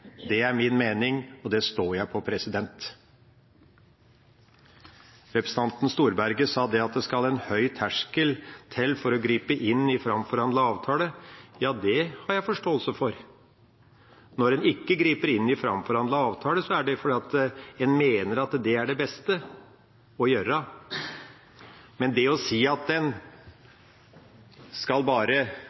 Det er min mening, og det står jeg på. Representanten Storberget sa at det skal være høy terskel for å gripe inn i framforhandlet avtale. Ja, det har jeg forståelse for. Når en ikke griper inn i framforhandlet avtale, er det fordi en mener at det er det beste å gjøre. Det å si at en bare skal